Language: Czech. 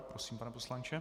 Prosím, pane poslanče.